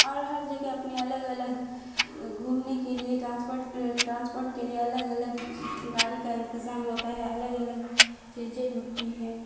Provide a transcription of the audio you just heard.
اور ہر جگہ اپنے الگ الگ گھومنے کے لیے ٹرانسپورٹ ٹرانسپورٹ کے لیے الگ الگ گاڑی کا انتظام ہوتا ہے الگ الگ چیزیں ہوتی ہیں